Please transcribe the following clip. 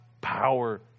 power